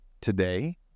today